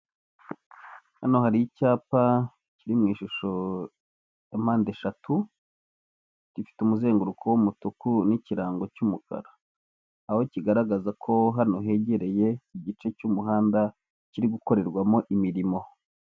Hano hari icyapa kiri mu ishusho ya mpande eshatu gifite umuzenguruko w'umutuku n'ikirango cy'umukara, aho kigaragaza ko hano hegereye igice cy'umuhanda kiri gukorerwamo imirimo.